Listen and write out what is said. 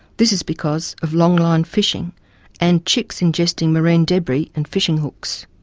this is because of long line fishing and chicks ingesting marine debris and fishing hooks.